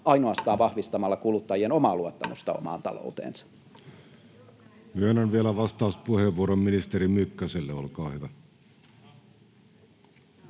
ainoastaan vahvistamalla kuluttajien omaa luottamusta omaan talouteensa. Myönnän vielä vastauspuheenvuoron ministeri Mykkäselle. Olkaa hyvä.